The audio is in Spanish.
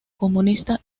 comunista